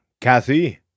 Kathy